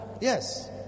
Yes